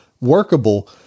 workable